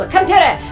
Computer